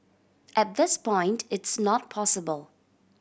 at this point it's not possible